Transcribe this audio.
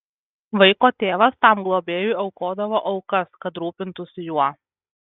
vaiko tėvas tam globėjui aukodavo aukas kad rūpintųsi juo